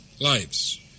lives